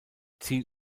ziel